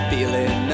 Feeling